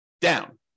down